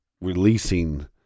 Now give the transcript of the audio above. releasing